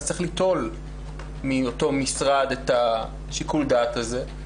צריך ליטול מאותו משרד את שיקול הדעת הזה.